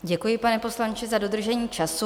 Děkuji, pane poslanče, za dodržení času.